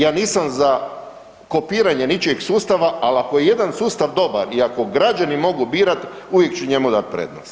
Ja nisam za kopiranje ničijeg sustava, al ako je jedan sustav dobar i ako građani mogu birat uvijek ću njemu dat prednost.